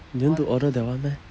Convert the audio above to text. you want to order that one meh